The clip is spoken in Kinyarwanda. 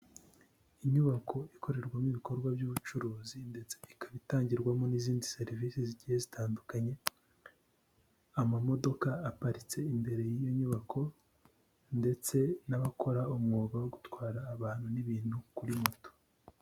Inyubako ikorerwamo ibikorwa by'ubucuruzi ndetse ikaba itangirwamo n'izindi serivisi zigiye zitandukanye, amamodoka aparitse imbere y'iyo nyubako ndetse n'abakora umwuga wo gutwara abantu n'ibintu kuri moto.